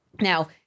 Now